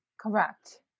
Correct